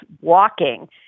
walking